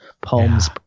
poems